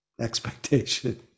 expectation